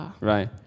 Right